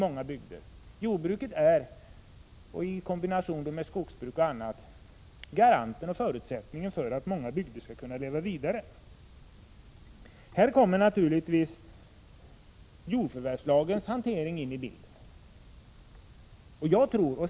Jordbruket är, i kombination med skogsbruk och annat, garanten för att bygder skall kunna leva vidare. Här kommer naturligtvis jordförvärvslagens hantering in i bilden.